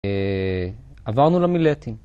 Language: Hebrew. אה... עברנו למילטים.